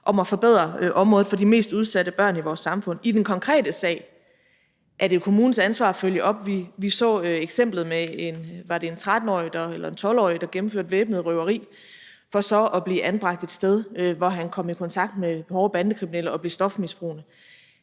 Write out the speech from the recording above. om at forbedre området for de mest udsatte børn i vores samfund. I den konkrete sag er det kommunens ansvar at følge op. Vi så eksemplet med en 12-13-årig, der gennemførte et væbnet røveri for så at blive anbragt et sted, hvor han kom i kontakt med hårde bandekriminelle og blev stofmisbruger.